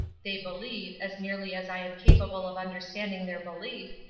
they believe, as nearly as i am capable of understanding their belief,